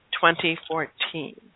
2014